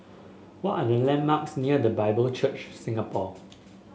what are the landmarks near The Bible Church Singapore